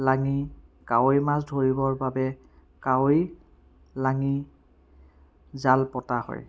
লাঙী কাৱৈ মাছ ধৰিবৰ বাবে কাৱৈ লাঙী জাল পতা হয়